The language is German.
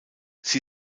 sie